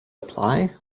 apply